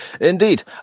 Indeed